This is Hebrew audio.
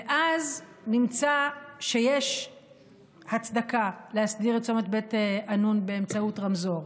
ואז נמצא שיש הצדקה להסדיר את צומת בית ענון באמצעות רמזור.